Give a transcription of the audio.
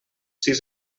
sis